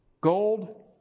Gold